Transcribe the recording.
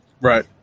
Right